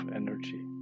energy